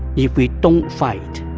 if we don't fight,